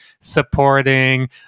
supporting